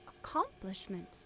accomplishment